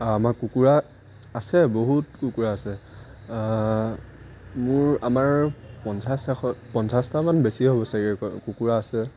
আৰু আমাৰ কুকুৰা আছে বহুত কুকুৰা আছে মোৰ আমাৰ পঞ্চাছ এশ পঞ্চাছটামান বেছি হ'ব চাগৈ কুকুৰা আছে